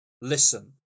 listen